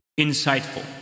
insightful